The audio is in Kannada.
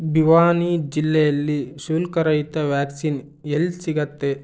ಭಿವಾನೀ ಜಿಲ್ಲೆಯಲ್ಲಿ ಶುಲ್ಕರಹಿತ ವ್ಯಾಕ್ಸಿನ್ ಎಲ್ಲಿ ಸಿಗತ್ತೆ